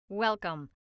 Welcome